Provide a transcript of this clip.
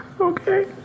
Okay